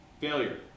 Failure